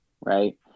Right